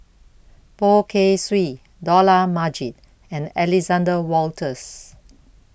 Poh Kay Swee Dollah Majid and Alexander Wolters